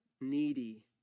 needy